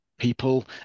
people